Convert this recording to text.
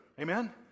Amen